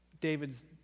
David's